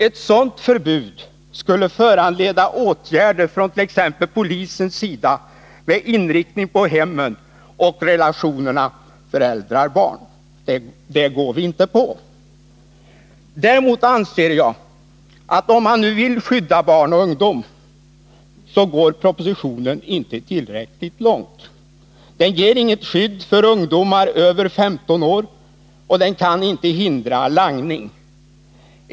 Ett sådant förbud skulle föranleda åtgärder från t.ex. polisens sida med inriktning på hemmen och relationerna föräldrar-barn. Det går vi inte på. Däremot anser jag att om man vill skydda barn och ungdom, så går propositionen inte tillräckligt långt. Den ger inget skydd för ungdomar över 15 år, och den kan inte hindra langning.